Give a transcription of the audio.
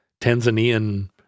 Tanzanian